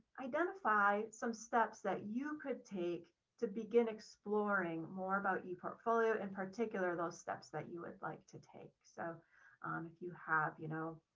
identify some steps that you could take to begin exploring more about your portfolio in particular those steps that you would like to take. so if you have, you know,